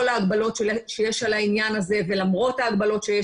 ההגבלות שיש על העניין הזה ולמרות ההגבלות.